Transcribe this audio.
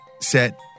set